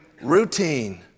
routine